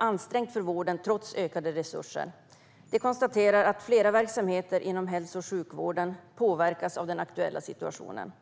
ansträngt för vården trots ökade resurser. De konstaterar att flera verksamheter inom hälso och sjukvården påverkas av den aktuella situationen.